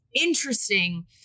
interesting